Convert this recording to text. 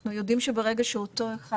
אנחנו יודעים שברגע שאותו אחד